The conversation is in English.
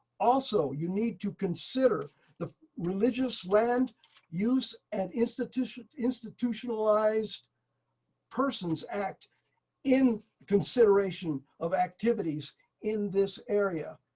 also, you need to consider the religious land use and institutionalized institutionalized persons act in consideration of activities in this area,